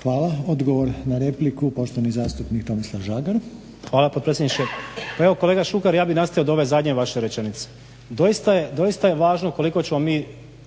Hvala. Odgovor na repliku. Poštovani zastupnik tomislav Žagar. **Žagar, Tomislav (SDP)** Hvala gospodine potpredsjedniče. Pa evo kolega Šuker ja bih nastavio od ove zadnje vaše rečenice. Doista je važno koliko ćemo mi